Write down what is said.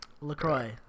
LaCroix